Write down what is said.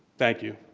thank you.